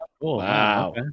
wow